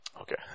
Okay